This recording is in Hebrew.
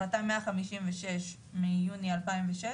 החלטה 156 מיוני 2006,